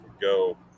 go